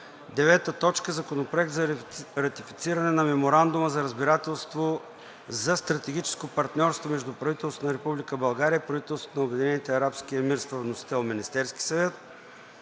2022 г. 9. Законопроект за ратифициране на Меморандума за разбирателство за стратегическо партньорство между правителството на Република България и правителството на Обединените арабски емирства. Вносител е Министерският съвет,